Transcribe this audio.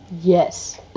Yes